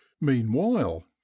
Meanwhile